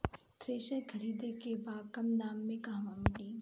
Thresher खरीदे के बा कम दाम में कहवा मिली?